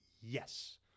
yes